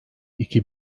iki